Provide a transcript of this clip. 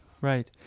Right